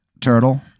turtle